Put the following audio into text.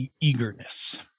eagerness